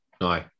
No